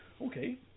Okay